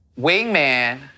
Wingman